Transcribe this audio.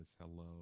hello